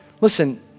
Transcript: Listen